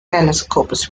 telescopes